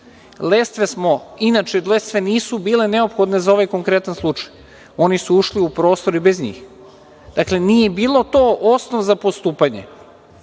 ili nije. Inače, lestve nisu bile neophodne za ovaj konkretan slučaj. Oni su ušli u prostor i bez njih. Dakle, nije bilo to osnov za postupanje. Inače,